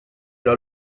una